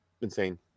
insane